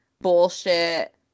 bullshit